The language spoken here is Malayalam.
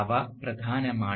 അവ പ്രധാനമാണ്